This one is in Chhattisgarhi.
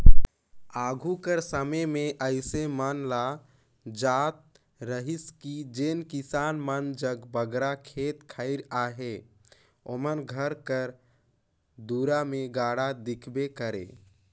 आघु कर समे मे अइसे मानल जात रहिस कि जेन किसान मन जग बगरा खेत खाएर अहे ओमन घर कर दुरा मे गाड़ा दिखबे करे